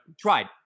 tried